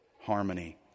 harmony